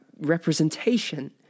representation